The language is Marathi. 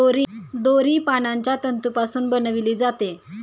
दोरी पानांच्या तंतूपासून बनविली जाते